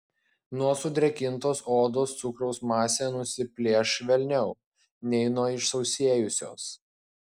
nuo sudrėkintos odos cukraus masė nusiplėš švelniau nei nuo išsausėjusios